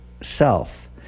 self